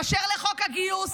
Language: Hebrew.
באשר לחוק הגיוס,